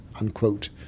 unquote